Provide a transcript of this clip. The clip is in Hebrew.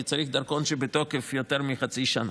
כי צריך דרכון בתוקף ליותר מחצי שנה.